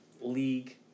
league